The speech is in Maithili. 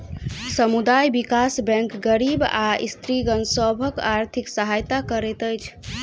समुदाय विकास बैंक गरीब आ स्त्रीगण सभक आर्थिक सहायता करैत अछि